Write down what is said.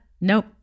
nope